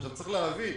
צריך להבין,